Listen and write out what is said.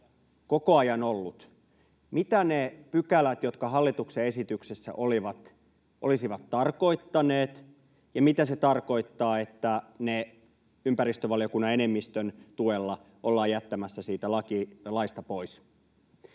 koko ajan ollut. Mitä ne pykälät, jotka hallituksen esityksessä olivat, olisivat tarkoittaneet, ja mitä se tarkoittaa, että ne ympäristövaliokunnan enemmistön tuella ollaan jättämässä siitä laista pois?